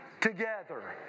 together